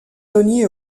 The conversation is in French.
tony